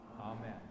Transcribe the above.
Amen